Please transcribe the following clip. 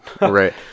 Right